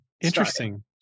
Interesting